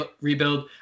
rebuild